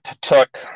took